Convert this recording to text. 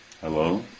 Hello